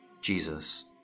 Jesus